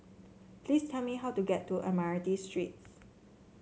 please tell me how to get to Admiralty Street